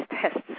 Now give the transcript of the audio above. tests